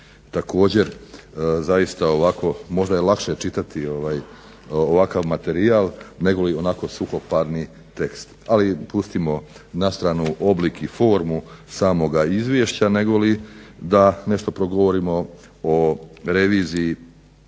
također ovako možda je lakše čitati ovakav materijal nego onako suhoparni tekst. Ali pustimo na stranu oblik i formu samoga izvješća negoli da nešto progovorimo o reviziji